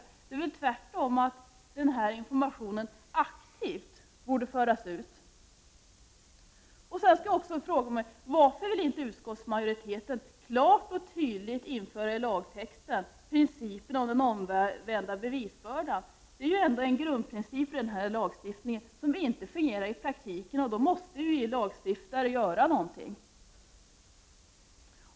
Tvärtom borde det vara så att information aktivt förs ut. Jag måste också fråga: Varför vill inte utskottsmajoriteten klart och tydligt skriva in i lagtexten principen om den omvända bevisbördan? Det är ju ändå en grundprincip i lagen, som inte fungerar i praktiken. Då måste vi lagstiftare göra någonting.